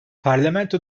parlamento